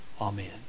Amen